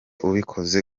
ubikoze